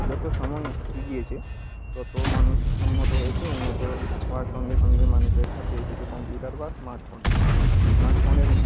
যত সময় এগিয়েছে তত মানুষ উন্নত হয়েছে উন্নত হওয়ার সঙ্গে সঙ্গে মানুষের কাছে এসেছে কম্পিউটার বা স্মার্টফোন স্মার্টফোনের